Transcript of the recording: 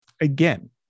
again